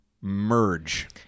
Merge